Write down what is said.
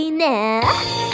now